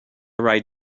write